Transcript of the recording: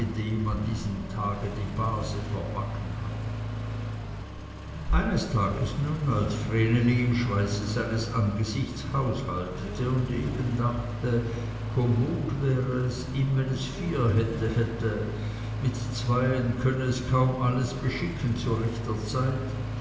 an diesem tage die base verbacken hatte eines tages nun als vreneli im schweiße seines angesichts haushaltete und eben dachte kommod wäre es ihm wenn es vier hände hätte mit zweien könne es kaum alles beschicken zu rechter zeit